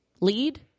lead